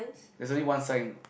actually one sign